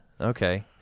Okay